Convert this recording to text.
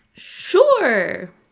sure